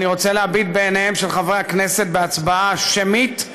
אני רוצה להביט בעיניהם של חברי הכנסת בהצבעה שמית,